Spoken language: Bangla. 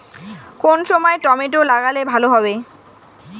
কোন সময় টমেটো লাগালে ভালো হবে?